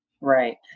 Right